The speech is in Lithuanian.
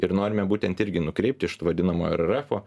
ir norime būtent irgi nukreipti iš to vadinamojo ir rrfo